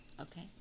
Okay